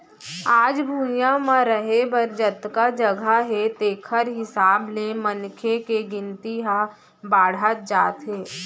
आज भुइंया म रहें बर जतका जघा हे तेखर हिसाब ले मनखे के गिनती ह बाड़हत जात हे